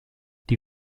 die